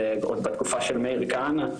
זה עוד בתקופה של מאיר כהנא,